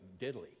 deadly